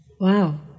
Wow